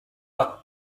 but